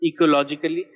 ecologically